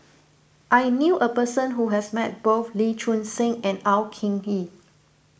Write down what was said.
I knew a person who has met both Lee Choon Seng and Au King Hee